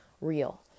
real